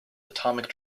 atomic